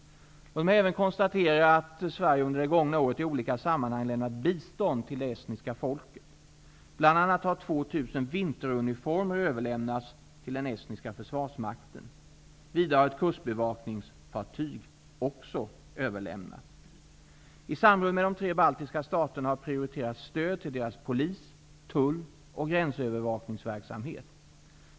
Låt mig även konstatera, att Sverige under det gångna året i olika sammanhang lämnat bistånd till det estniska folket. Bl.a. har 2 000 vinteruniformer överlämnats till den estniska försvarsmakten. Vidare har ett kustbevakningsfartyg överlämnats. I samråd med de tre baltiska staterna har prioriterats stöd till deras polis, tull och gränsövervakningsverksamhet.